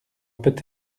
peut